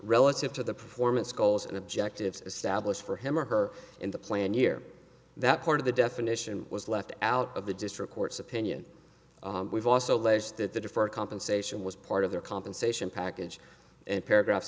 relative to the performance goals and objectives established for him or her in the plan year that part of the definition was left out of the district court's opinion we've also listed the deferred compensation was part of their compensation package and paragraphs